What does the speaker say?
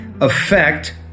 affect